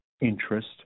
interest